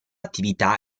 attività